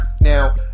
Now